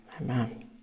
Amen